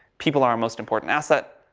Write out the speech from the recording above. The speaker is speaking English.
people are our most important asset.